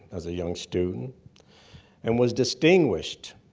as a young student and was distinguished,